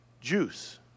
juice